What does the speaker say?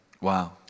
Wow